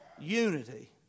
Unity